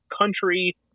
country